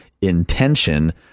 intention